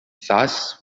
thus